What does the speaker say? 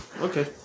Okay